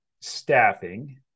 staffing